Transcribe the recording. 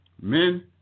men